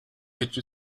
гэж